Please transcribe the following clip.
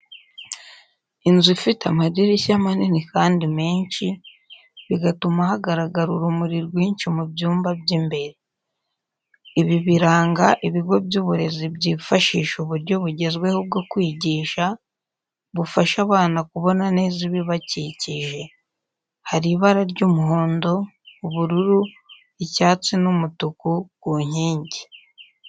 Inzu ifite amadirishya manini kandi menshi, bigatuma hagaragara urumuri rwinshi mu byumba by'imbere. Ibi biranga ibigo by’uburezi byifashisha uburyo bugezweho bwo kwigisha, bufasha abana kubona neza ibibakikije. Hari ibara ry’umuhondo, ubururu, icyatsi n’umutuku ku nkingi.